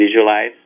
visualize